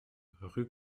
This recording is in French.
rue